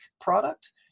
product